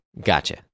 Gotcha